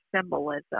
symbolism